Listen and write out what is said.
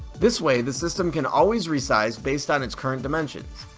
this way the system can always resize based on its current dimensions.